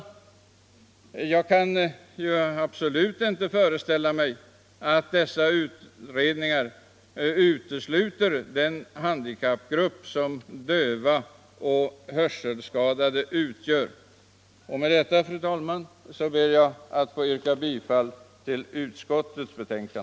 Jag kan absolut inte tro att dessa utredningar i sitt arbete utesluter de handikappgrupper som de döva och hörselskadade utgör. Med detta, fru talman, ber jag att få yrka bifall till utskottets hemställan.